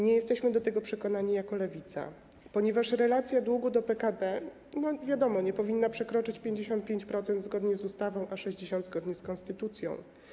Nie jesteśmy do tego przekonani jako Lewica, ponieważ relacja długu do PKB, wiadomo, nie powinna przekroczyć 55% zgodnie z ustawą, a 60% - zgodnie z konstytucją.